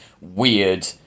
weird